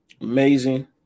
amazing